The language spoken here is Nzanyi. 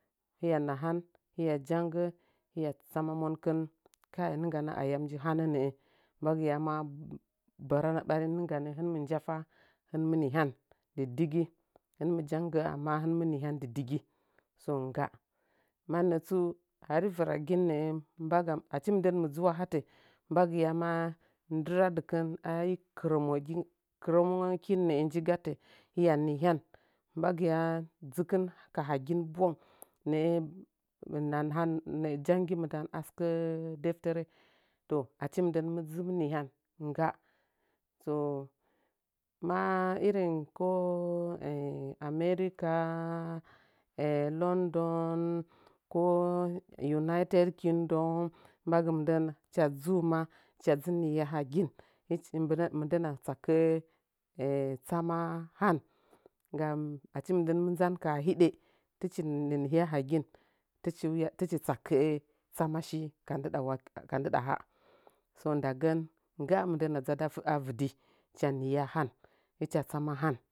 Hɨya nahan hɨya jange hɨya tsama monkin kai ningganə ayam nji hanənə'ə mbagɨya ma barana ɓarin nɨnggand fa hɨnmɨ nihyan dɨ digi hɨn mɨjange amma hin mɨ nɨhyan dɨ digi so ngga mainotsu hari varagin nə mbaga achi mɨndənmi dzu a hato mbagɨya ma ndɨradɨcɨn a kɨramogi kɨramogingakin nə nji gatə biya nihyan mbagɨya dzɨkɨn ka hagtu bwang nə nanahə ndd jangi mindən a stiko deftere to achi mɨndon mɨ dzɨm nihyan ngga so ma irin ko america london ko united kingdom mbagɨ mɨnden cha dzu ma hichu nihya hagin hichi mɨndəm mindən na tsakə'ə tsamg hai gam achi mɨndam mɨnzan kaha hidd tich ninihya hagin tɨchi uwa tɨchi tsakə tsamashi ka ndɨda awake ka ndɨda hall so ndagən ngga mɨn dən na dzadɨ a vɨdi hɨcha nihya han hɨcha tsama han.